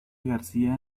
garcía